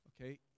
okay